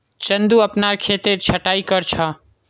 चंदू अपनार खेतेर छटायी कर छ